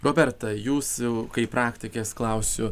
roberta jūsų kaip praktikės klausiu